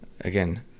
Again